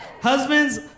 Husbands